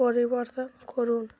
পরিবর্তন করুন